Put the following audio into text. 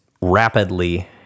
rapidly